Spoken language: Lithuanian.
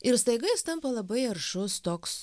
ir staiga jis tampa labai aršus toks